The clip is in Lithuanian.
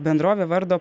bendrovė vardo